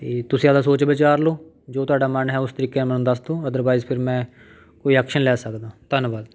ਅਤੇ ਤੁਸੀਂ ਆਪਣਾ ਸੋਚ ਵਿਚਾਰ ਲਓ ਜੋ ਤੁਹਾਡਾ ਮਨ ਹੈ ਉਸ ਤਰੀਕੇ ਨਾਲ਼ ਮੈਨੂੰ ਦੱਸ ਦਿਉ ਅਦਰਵਾਈਜ਼ ਫਿਰ ਮੈਂ ਕੋਈ ਐਕਸ਼ਨ ਲੈ ਸਕਦਾ ਧੰਨਵਾਦ